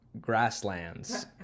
grasslands